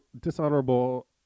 Dishonorable